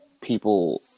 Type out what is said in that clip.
people